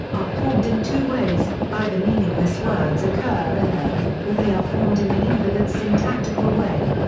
are formed in two ways either meaningless words occur in them, or they are formed in an invalid syntactical way.